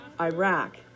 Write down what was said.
Iraq